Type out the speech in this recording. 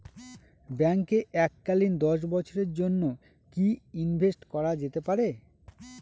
ব্যাঙ্কে এককালীন দশ বছরের জন্য কি ইনভেস্ট করা যেতে পারে?